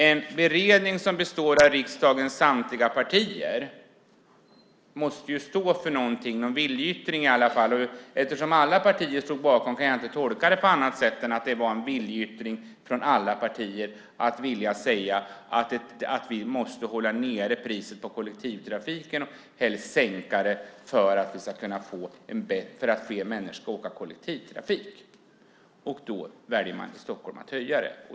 En beredning som består av riksdagens samtliga partier måste ju stå för någonting, någon viljeyttring i alla fall. Eftersom alla partier stod bakom detta kan jag inte tolka det på annat sätt än att det var en viljeyttring från alla partier att man måste hålla nere priset på kollektivtrafiken och helst sänka det för att fler människor ska åka kollektivtrafik. Då väljer man i Stockholm att höja det.